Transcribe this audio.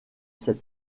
cet